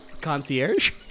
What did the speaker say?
Concierge